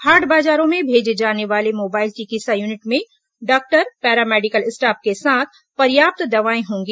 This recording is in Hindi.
हाट बाजारों में भेजे जाने वाले मोबाइल चिकित्सा यूनिट में डॉक्टर पैरामेडिकल स्टॉफ के साथ पर्याप्त दवाए होंगी